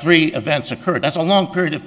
three events occurred that's a long period of